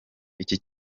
iki